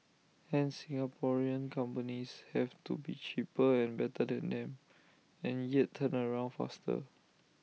hence Singaporean companies have to be cheaper and better than them and yet turnaround faster